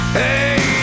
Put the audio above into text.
hey